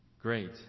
great